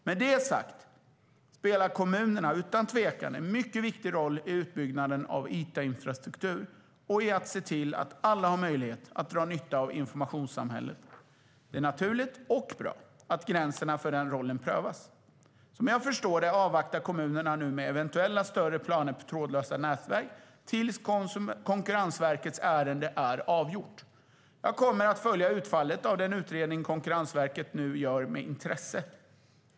Med det sagt spelar kommunerna utan tvekan en mycket viktig roll i utbyggnaden av it-infrastruktur och i att se till att alla har möjlighet att dra nytta av informationssamhället. Det är naturligt och bra att gränserna för den rollen prövas. Som jag förstår det avvaktar kommuner nu med eventuella större planer på trådlösa nätverk tills Konkurrensverkets ärende är avgjort. Jag kommer att följa utfallet av den utredning Konkurrensverket nu gör med intresse.